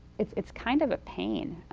it's it's kind of a pain.